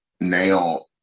now